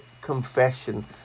confession